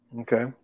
okay